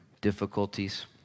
difficulties